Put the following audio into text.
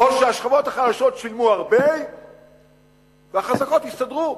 או שהשכבות החלשות שילמו הרבה והחזקות הסתדרו?